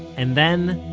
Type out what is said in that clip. and then,